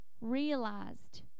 realized